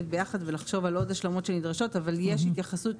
ביחד ולחשוב על עוד השלמות שנדרשות אבל יש התייחסות.